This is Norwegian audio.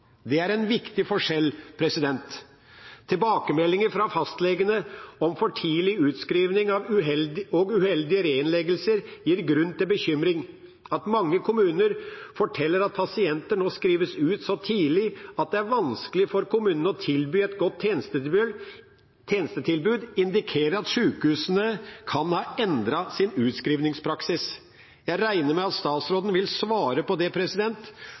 Det er en viktig forskjell. Tilbakemeldinger fra fastlegene om for tidlig utskrivning og uheldige reinnleggelser gir grunn til bekymring. At mange kommuner forteller at pasienter nå skrives ut så tidlig at det er vanskelig for kommunene å tilby et godt tjenestetilbud, indikerer at sjukehusene kan ha endret sin utskrivningspraksis. Jeg regner med at statsråden vil svare på det,